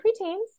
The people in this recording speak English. preteens